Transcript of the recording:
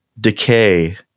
decay